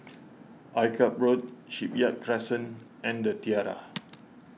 Akyab Road Shipyard Crescent and the Tiara